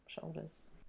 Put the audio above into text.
shoulders